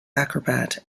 acrobat